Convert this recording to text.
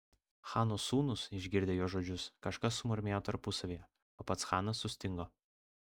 chano sūnūs išgirdę jo žodžius kažką sumurmėjo tarpusavyje o pats chanas sustingo